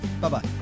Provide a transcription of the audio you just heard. Bye-bye